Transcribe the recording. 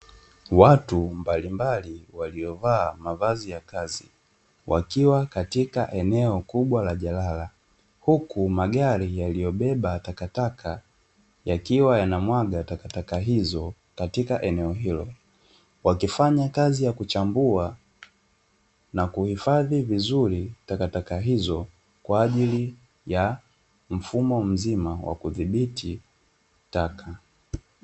Watu mbalimbali waliovaa mavazi ya kazi, wakiwa katika eneo kubwa la jalala, huku magari yaliyobeba takataka yakiwa yanamwaga takataka hizo katika eneo hilo. wakifanya kazi ya kuchambua na kuhifadhi vizuri takataka hizo kwa ajili ya mfumo mzima wa kudhibiti taka.